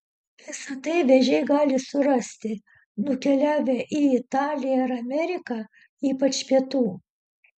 visa tai vėžiai gali surasti nukeliavę į italiją ar ameriką ypač pietų